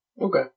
Okay